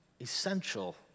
essential